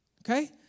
Okay